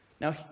Now